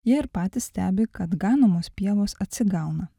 jie ir patys stebi kad ganomos pievos atsigauna